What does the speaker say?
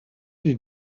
did